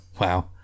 wow